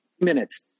minutes